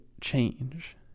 change